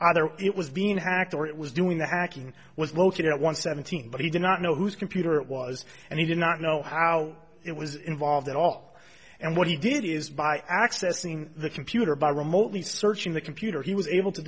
either it was being hacked or it was doing the hacking was located at one seventeen but he did not know whose computer it was and he did not know how it was involved at all and what he did is by accessing the computer by remotely searching the computer he was able to